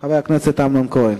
חבר הכנסת אמנון כהן.